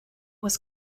was